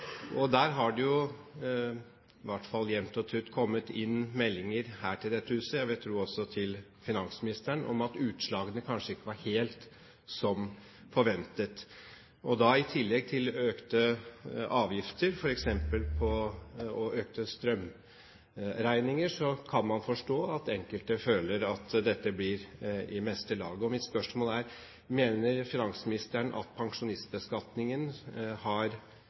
Der har det jo i hvert fall jevnt og trutt kommet inn meldinger her til dette huset, jeg vil tro også til finansministeren, om at utslagene kanskje ikke var helt som forventet. I tillegg til økte avgifter og økte strømregninger kan man forstå at enkelte føler at dette blir i meste laget. Mitt spørsmål er: Mener finansministeren at pensjonistbeskatningen har